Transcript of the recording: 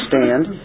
stand